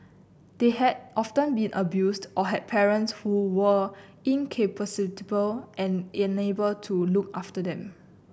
they had often been abused or had parents who were incapacitated and unable to look after them